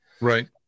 Right